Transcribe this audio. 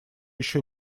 ещё